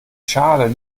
schale